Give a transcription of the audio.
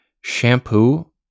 shampoo